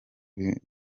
bimera